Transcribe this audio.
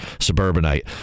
suburbanite